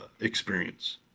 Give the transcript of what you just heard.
experience